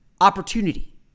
opportunity